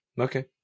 Okay